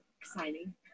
Exciting